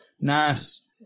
nice